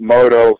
Moto